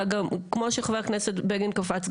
כמו שחבר הכנסת בגין קפץ,